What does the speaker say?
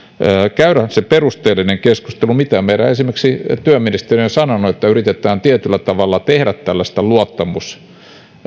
käydä perusteellinen keskustelu siitä mitä esimerkiksi meidän työministeri on sanonut että yritetään tietyllä tavalla tehdä tällaista